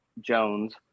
Jones